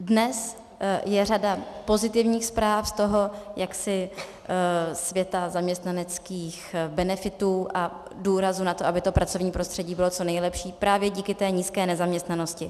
Dnes je řada pozitivních zpráv ze světa zaměstnaneckých benefitů a důrazu na to, aby pracovní prostředí bylo co nejlepší, právě díky nízké nezaměstnanosti.